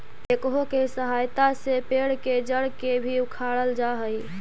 backhoe के सहायता से पेड़ के जड़ के भी उखाड़ल जा हई